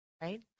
right